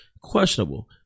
Questionable